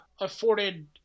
afforded